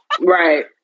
Right